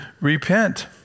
repent